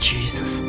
Jesus